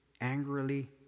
angrily